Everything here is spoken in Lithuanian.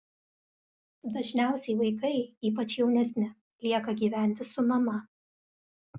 dažniausiai vaikai ypač jaunesni lieka gyventi su mama